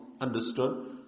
understood